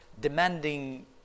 demanding